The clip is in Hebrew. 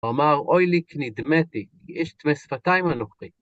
אמר, אוי לי כי נדמתי, כי איש טמא שפתיים אנוכי.